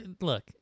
Look